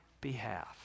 behalf